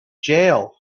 jail